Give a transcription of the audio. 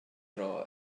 dro